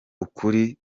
ukuri